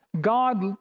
God